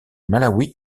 malawi